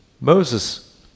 Moses